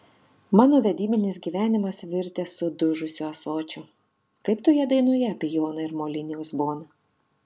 mano vedybinis gyvenimas virtęs sudužusiu ąsočiu kaip toje dainoje apie joną ir molinį uzboną